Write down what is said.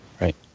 Right